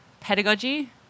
pedagogy